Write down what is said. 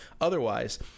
otherwise